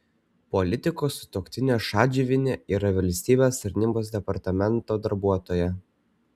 politiko sutuoktinė šadžiuvienė yra valstybės tarnybos departamento darbuotoja